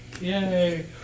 yay